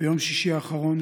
ביום שישי אחרון,